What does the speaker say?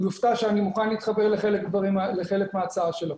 אני מופתע אני מוכן להתחבר לחלק מההצעה שלו.